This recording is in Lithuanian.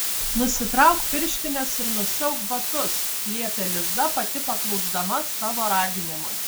nusitrauk pirštines ir nusiauk batus liepė liza pati paklusdama savo raginimui